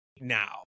now